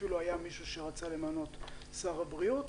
אפילו היה מישהו שרצה למנות שר הבריאות,